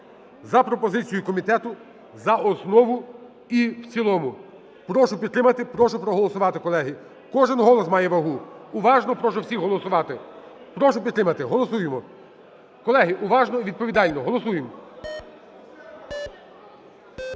за пропозицією комітету за основу і в цілому. Прошу підтримати, прошу проголосувати, колеги, кожен голос має вагу, уважно прошу всіх голосувати, прошу підтримати, голосуємо. Колеги, уважно і відповідально голосуємо.